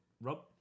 Rob